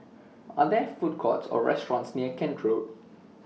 Are There Food Courts Or restaurants near Kent Road